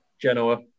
Genoa